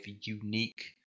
unique